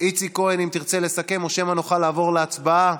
איציק כהן, תרצה לסכם או שמא נוכל לעבור להצבעה?